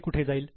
हे कुठे जाईल